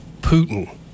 Putin